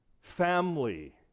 Family